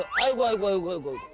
i